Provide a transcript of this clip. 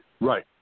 Right